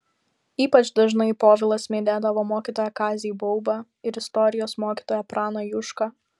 ypač dažnai povilas minėdavo mokytoją kazį baubą ir istorijos mokytoją praną jušką